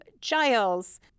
Giles